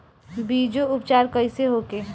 बीजो उपचार कईसे होखे?